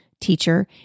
teacher